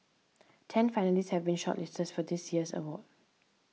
ten finalists have been shortlisted for this year's award